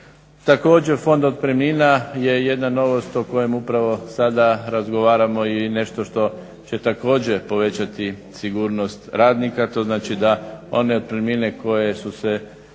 Također fond otpremnima je jedna novost o kojem upravo sada razgovaramo i nešto što će također povećati sigurnost radnika. To znači da one otpremnine koje su se